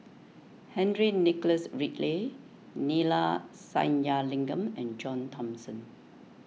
Henry Nicholas Ridley Neila Sathyalingam and John Thomson